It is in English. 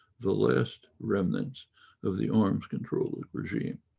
the last remnants of the arms control regime.